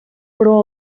però